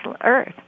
Earth